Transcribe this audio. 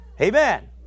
amen